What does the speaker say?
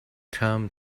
term